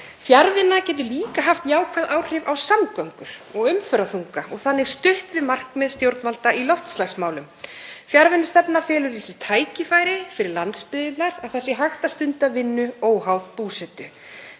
Fjarvinna getur líka haft jákvæð áhrif á samgöngur og umferðarþunga og þannig stutt við markmið stjórnvalda í loftslagsmálum. Fjarvinnustefna felur í sér tækifæri fyrir landsbyggðirnar, að það sé hægt að stunda vinnu óháð búsetu.